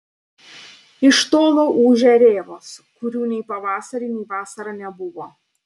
iš tolo ūžia rėvos kurių nei pavasarį nei vasarą nebuvo